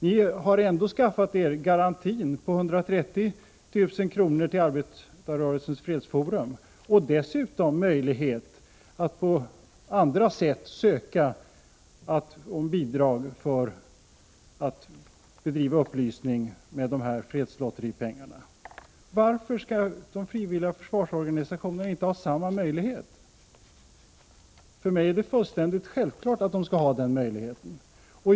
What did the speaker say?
Ni har ändå skaffat er garantin på 130 000 kr. till Arbetarrörelsens fredsforum och dessutom möjlighet att på andra sätt ansöka om bidrag för att bedriva upplysning med fredslotteripengarna. Varför skall de frivilliga försvarsorganisationerna inte ha samma möjlighet? För mig är det fullständigt självklart att de skall ha den möjligheten.